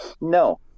No